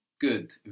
Good